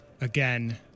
again